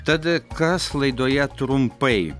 tada kas laidoje trumpai